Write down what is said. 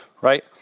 right